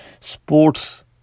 sports